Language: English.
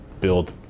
build